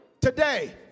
today